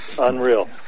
Unreal